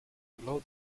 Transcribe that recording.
below